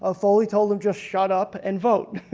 ah foley told him just shut up and vote